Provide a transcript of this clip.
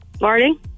morning